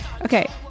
Okay